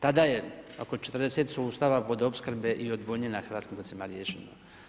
Tada je oko 40 sustava vodoopskrbe i odvodnje na hrvatskim otocima riješeno.